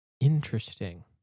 Interesting